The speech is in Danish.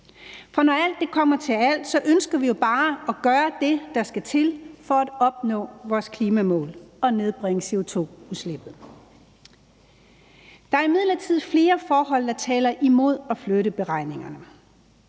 For når alt kommer til alt, ønsker vi jo bare at gøre det, der skal til for at opnå vores klimamål og nedbringe CO2-udslippet. Der er imidlertid flere forhold, der taler imod at flytte beregningerne.